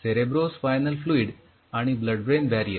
cerebro spinal fluid आणि blood brain barrier